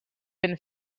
been